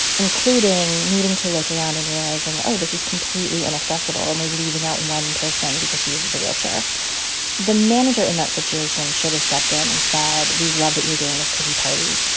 including needing to look around and realizing, oh, this is completely inaccessible and we're leaving out one person because she uses a wheelchair the manager in that situation should have stepped in and said, we love that you're doing this cookie party.